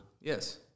Yes